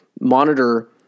monitor